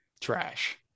trash